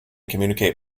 communicate